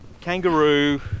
Kangaroo